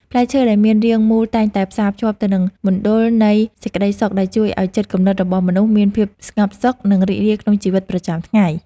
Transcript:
ផ្លែឈើដែលមានរាងមូលតែងតែផ្សារភ្ជាប់ទៅនឹងមណ្ឌលនៃសេចក្តីសុខដែលជួយឱ្យចិត្តគំនិតរបស់មនុស្សមានភាពស្ងប់សុខ និង រីករាយក្នុងជីវិតជាប្រចាំថ្ងៃ។